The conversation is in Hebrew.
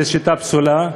זו שיטה פסולה.